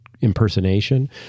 impersonation